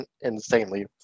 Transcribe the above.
insanely